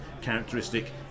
characteristic